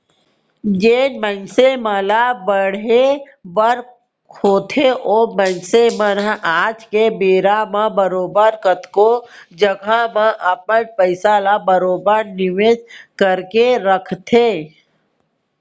जेन मनसे मन ल बाढ़े बर होथे ओ मनसे मन ह आज के बेरा म बरोबर कतको जघा म अपन पइसा ल बरोबर निवेस करके राखथें